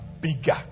bigger